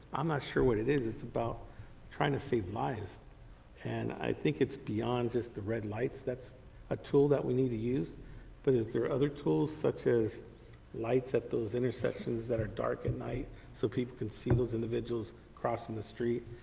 i'm not sure what it is. it is about trying to save lives and i think it's beyond just the red lights that's a tool that we need to use but is there other tools such as lights at those intersections that are dark at night so people can see those individuals crossing the street?